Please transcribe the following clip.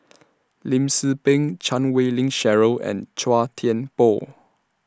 Lim Tze Peng Chan Wei Ling Cheryl and Chua Thian Poh